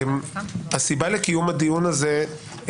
הסיבה לקיום הדיון הזה,